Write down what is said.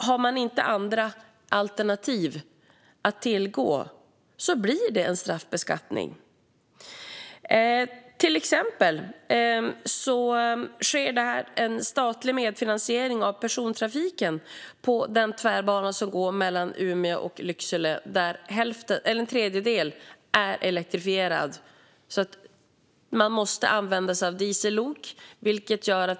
Har man inga andra alternativ att tillgå blir det en straffbeskattning. Till exempel sker en statlig medfinansiering av persontrafiken på den tvärbana som går mellan Umeå och Lycksele. Av den är bara en tredjedel elektrifierad, så man måste alltså använda diesellok.